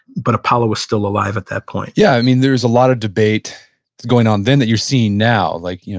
but apollo was still alive at that point yeah, i mean there was a lot of debate going on then that you're seeing now. like, you know,